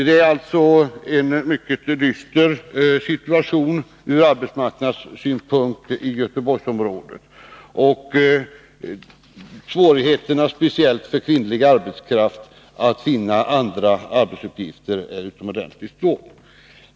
Det är alltså en mycket dyster situation ur arbetsmarknadssynpunkt i Göteborgsområdet. Svårigheterna, speciellt för den kvinnliga arbetskraften, att finna andra arbetsuppgifter är utomordentligt stora.